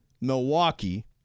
Milwaukee